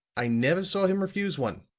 i never saw him refuse one.